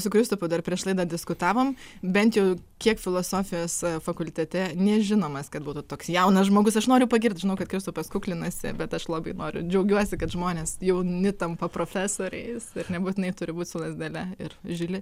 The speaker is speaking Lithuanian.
su kristupu dar prieš laidą diskutavom bent jau kiek filosofijos fakultete nežinomas kad būtų toks jaunas žmogus aš noriu pagirt žinau kad kristupas kuklinasi bet aš labai noriu džiaugiuosi kad žmonės jauni tampa profesoriais ir nebūtinai turi būt su lazdele ir žili